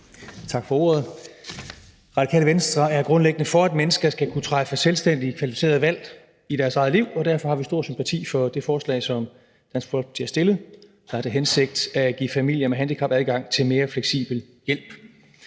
Tak for ordet. Radikale Venstre er grundlæggende for, at mennesker skal kunne træffe selvstændige kvalificerede valg i deres eget liv, og derfor har vi stor sympati for det forslag, som Dansk Folkeparti har fremsat, der har til hensigt at give familier med handicappede adgang til mere fleksibel hjælp.